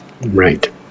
Right